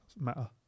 matter